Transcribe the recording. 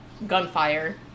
gunfire